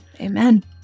Amen